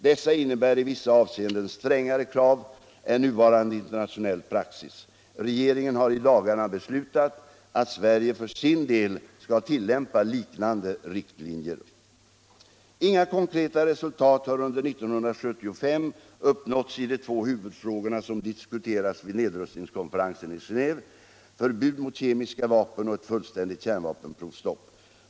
Dessa innebär i vissa avseenden strängare krav än nuvarande internationell praxis. Regeringen har i dagarna beslutat att Sverige för sin del skall tillämpa liknande riktlinjer. Inga konkreta resultat har under 1975 uppnåtts i de två huvudfrågor som diskuterats vid nedrustningskonferensen i Genéve, förbud mot kemiska vapen och ett fullständigt kärnvapenprovstopp.